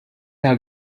nta